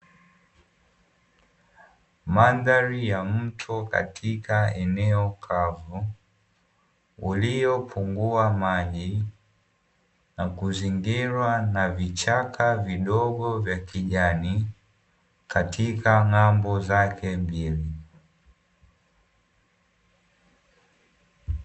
Mandhari ya mto katika eneo kavu, uliopungua maji na kuzingirwa na vichaka vidogo vya kijani katika ng'ambo zake mbili.